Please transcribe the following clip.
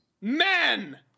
Men